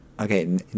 Okay